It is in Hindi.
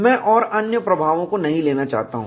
मैं और अन्य प्रभावों को नहीं लेना चाहता हूं